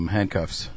Handcuffs